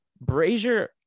brazier